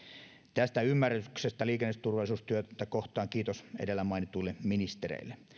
tästä ymmärryksestä liikenneturvallisuustyötä kohtaan kiitos edellä mainituille ministereille